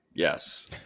Yes